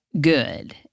good